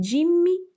Jimmy